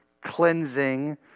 cleansing